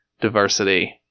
diversity